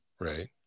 Right